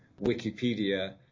Wikipedia